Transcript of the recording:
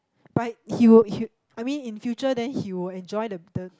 but he will he I mean in future then he will enjoy the the